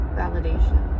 validation